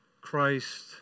Christ